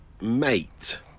Mate